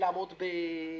לעמוד בחוק.